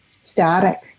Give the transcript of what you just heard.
static